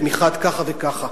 בתמיכת כך וכך.